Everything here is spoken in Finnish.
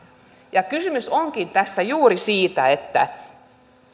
kysymys onkin tässä juuri siitä että